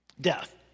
Death